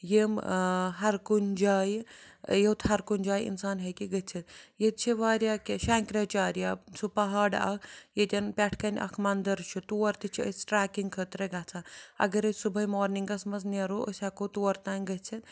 یِم ہَر کُنہِ جایہِ یوٚت ہَر کُنہِ جایہِ اِنسان ہٮ۪کہِ گٔژھِتھ ییٚتہِ چھِ واریاہ کیٚنٛہہ شَنٛکراچاریا سُہ پہاڑ اَکھ ییٚتٮ۪ن پٮ۪ٹھ کَنہِ اَکھ مَندَر چھُ تور تہِ چھِ أسۍ ٹرٛیکِنٛگ خٲطرٕ گژھان اگر أسۍ صُبحٲے مارنِنٛگَس منٛز نیرو أسۍ ہٮ۪کو تور تام گٔژھِتھ